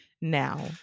Now